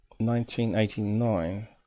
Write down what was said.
1989